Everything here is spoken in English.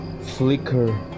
flicker